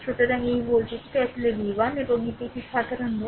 সুতরাং এই ভোল্টেজটি আসলে V 1 এবং এটি একটি সাধারণ নোড